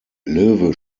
löwe